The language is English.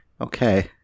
Okay